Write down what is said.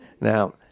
Now